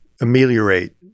ameliorate